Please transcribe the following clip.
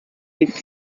eich